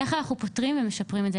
איך אנחנו פותרים ומשפרים את זה,